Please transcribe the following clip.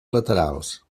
laterals